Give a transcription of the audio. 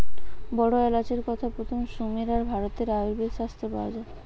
বড় এলাচের কথা প্রথম সুমের আর ভারতের আয়ুর্বেদ শাস্ত্রে পাওয়া যায়